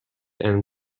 and